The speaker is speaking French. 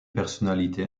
personnalité